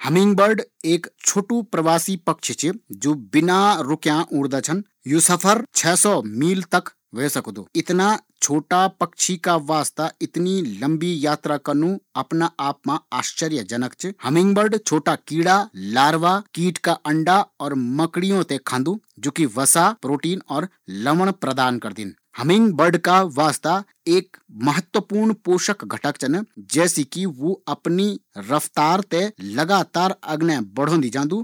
Humming bird एक छोटू प्रवासी पक्षी च जु एक बार मा बहुत लम्बी उड़ान भरदु या एक बार की उड़ान छ सौ मील तक ह्वे सकदी, इतनी लम्बी उड़ान का वास्ता हमिंग बर्ड कीटो केंचूओ और वसा से भरपूर मकड़ियों कु सेवन करदो ताकि या उड़ान सफल ह्वे सकू।